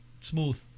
smooth